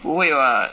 不会 [what]